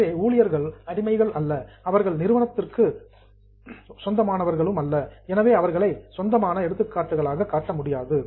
எனவே ஊழியர்கள் சிலேவ்ஸ் அடிமைகள் அல்ல அவர்கள் நிறுவனத்திற்கு ஓன்டு சொந்தமானவர்கள் அல்ல எனவே அவர்களை சொந்தமான சொத்துக்களாக காட்ட முடியாது